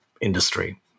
industry